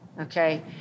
Okay